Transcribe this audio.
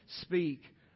speak